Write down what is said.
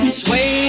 sway